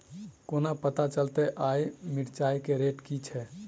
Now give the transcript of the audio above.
कोना पत्ता चलतै आय मिर्चाय केँ रेट की छै?